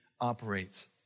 operates